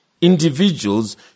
individuals